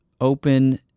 open